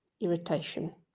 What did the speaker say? irritation